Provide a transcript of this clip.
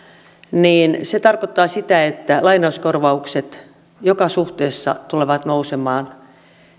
se tarkoittaa sitä että lainauskorvaukset tekijöille joka suhteessa tulevat nousemaan